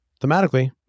thematically